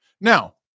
Now